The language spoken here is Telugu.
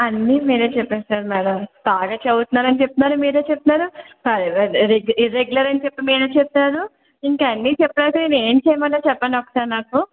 అన్నీ మీరే చెప్పేసారు మ్యాడం బాగా చదువుతున్నారని చెప్తున్నారు మీరే చెప్తున్నారు ఇర్రె ఇర్రెగులర్ అని చెప్పి మీరే చెప్పారు ఇంకా అన్నీ చెప్పేసి మేము ఏమి చేయమంటారు చెప్పండి ఒకసారి నాకు